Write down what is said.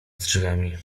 drzwiami